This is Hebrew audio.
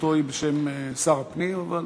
תשובתו היא כמובן בשם שר הפנים, אבל